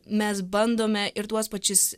mes bandome ir tuos pačius